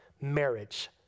marriage